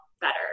better